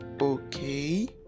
okay